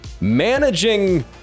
managing